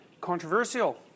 controversial